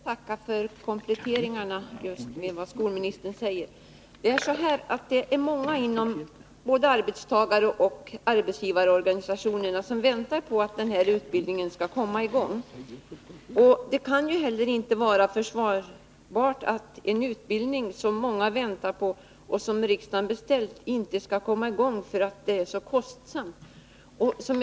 Herr talman! Jag ber att få tacka för kompletteringarna. skinförarutbild Många inom både arbetstagaroch arbetsgivarorganisationerna väntar på ning vid skogsatt denna utbildning skall komma i gång. Det kan inte heller vara försvarbart — bryksskolan att en utbildning, som många väntar på och som riksdagen har beställt, inte skall komma i gång därför att den är kostsam.